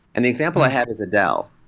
and the example i had was adele.